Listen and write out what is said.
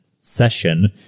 session